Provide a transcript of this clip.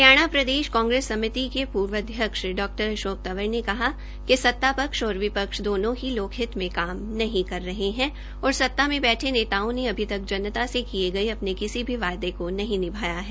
हरियाणा प्रदेश कांग्रेस समिति के पूर्व अध्यक्ष डॉ अशोक तंवर ने कहा कि सतापक्ष और विपक्ष दोनों ही लोकहित में काम नहीं कर रहे हैं और सता में बैठे नेताओं ने अभी तक जनता से किए गए अपने किसी भी वायदे को नहीं निभाया है